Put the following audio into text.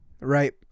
right